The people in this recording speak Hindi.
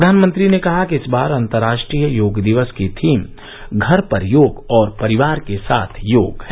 प्रधानमंत्री ने कहा कि इस बार अंतर्राष्ट्रीय योग दिवस की थीम घर पर योग और परिवार के साथ योग है